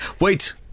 Wait